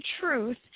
truth